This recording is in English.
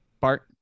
Bart